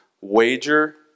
wager